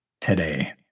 today